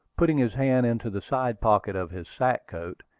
putting his hand into the side-pocket of his sack-coat,